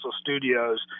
Studios